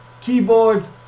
keyboards